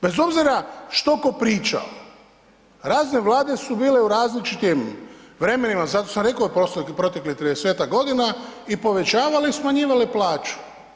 Bez obzira što tko pričao, razne vlade su bile u različitim vremenima, zato sam rekao u proteklih 30-tak godina i povećavale i smanjivale plaću.